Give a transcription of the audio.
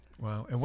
Wow